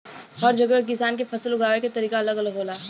हर जगह के किसान के फसल उगावे के तरीका अलग अलग होला